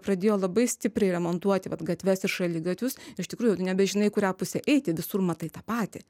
pradėjo labai stipriai remontuoti vat gatves ir šaligatvius iš tikrųjų tu nebežinai į kurią pusę eiti visur matai tą patį